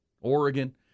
Oregon